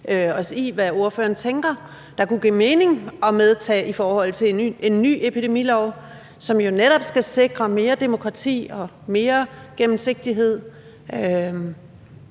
os i, hvad ordføreren tænker kunne give mening at medtage i en ny epidemilov, som jo netop skal sikre mere demokrati og mere gennemsigtighed og